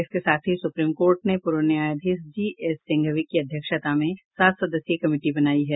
इसके साथ ही सुप्रीम कोर्ट ने पूर्व न्यायाधीश जी एस सिंघवी के अध्यक्षता में सात सदस्यीय कमिटी बनायी है